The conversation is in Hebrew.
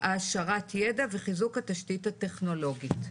העשרת ידע וחיזוק התשתית הטכנולוגית.